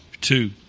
Two